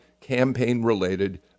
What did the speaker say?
campaign-related